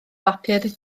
bapur